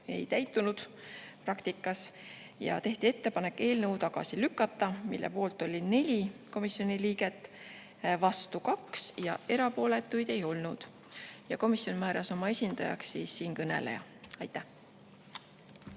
ei täitunud praktikas. Ja tehti ettepanek eelnõu tagasi lükata. Selle poolt oli 4 komisjoni liiget, vastu 2 ja erapooletuid ei olnud. Komisjon määras oma esindajaks siinkõneleja. Aitäh!